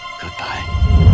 Goodbye